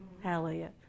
Hallelujah